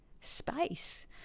space